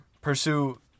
pursue